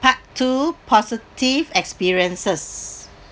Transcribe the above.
part two positive experiences